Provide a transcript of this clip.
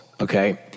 okay